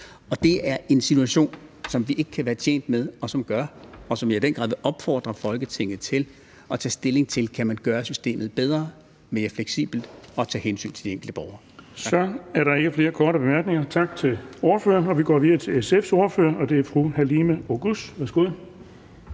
Det er en situation, som vi ikke kan være tjent med. Jeg vil i den grad opfordre Folketinget til at tage stilling til, om man kan gøre systemet bedre, mere fleksibelt, tage hensyn til de enkelte borgere. Tak. Kl. 14:58 Den fg. formand (Erling Bonnesen): Så er der ikke flere korte bemærkninger. Tak til ordføreren. Vi går videre til SF's ordfører, og det er fru Halime Oguz. Værsgo.